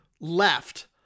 left